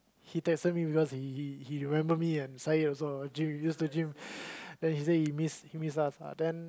he texted me because he he he remember me and Zaid also gym we used to gym then he say he miss he miss us uh then